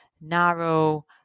narrow